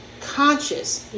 conscious